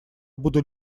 буду